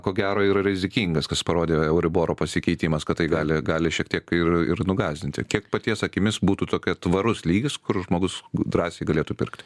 ko gero yra rizikingas kas parodė euriboro pasikeitimas kad tai gali gali šiek tiek ir ir nu gąsdinti kiek paties akimis būtų tokia tvarus lygis kur žmogus drąsiai galėtų pirkti